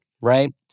Right